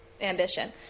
ambition